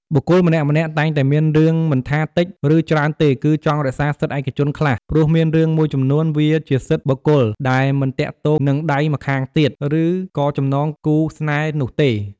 បុគ្គលម្នាក់ៗតែងតែមានរឿងមិនថាតិច ឬច្រើនទេគឺចង់រក្សាសិទ្ធឯកជនខ្លះ ព្រោះមានរឿងមួយចំនួនវាជាសិទ្ធបុគ្គលដែលមិនទាក់ទង និងដៃម្ខាងទៀត ឬក៏ចំណងគូរស្នេហ៍នោះទេ។